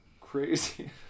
crazy